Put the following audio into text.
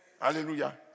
Hallelujah